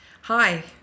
Hi